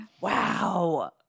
wow